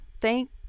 Thank